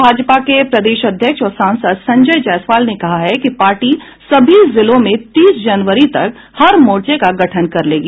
भाजपा के प्रदेश अध्यक्ष और सांसद संजय जायसवाल ने कहा है कि पार्टी सभी जिलों में तीस जनवरी तक हर मोर्चे का गठन कर लेगी